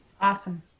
Awesome